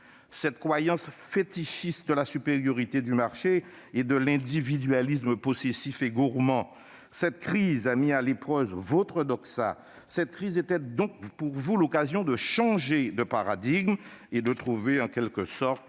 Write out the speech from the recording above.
cette croyance fétichiste dans la supériorité du marché qui est celle de l'individualisme possessif et gourmand. Cette crise a mis à l'épreuve votre cette crise était donc pour vous l'occasion de changer de paradigme et de trouver, en quelque sorte,